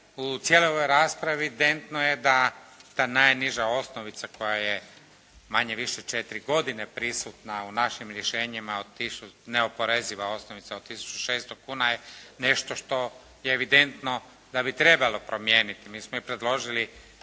u cijeloj ovoj raspravi evidentno da ta najniža osnovica koja je manje-više četiri godine prisutna u našim rješenjima, neoporeziva osnovica od 1600 kuna je nešto što je evidentno da bi trebalo promijeniti. Mi smo i predložili